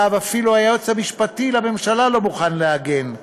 שעליו אפילו היועץ המשפטי לממשלה לא מוכן להגן,